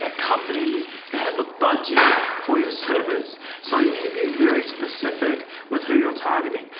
companies that have a budget for your service. so you need to be very specific with who you're targeting.